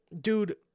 dude